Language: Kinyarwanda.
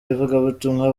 ivugabutumwa